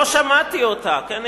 לא שמעתי אותה, כן?